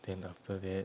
then after that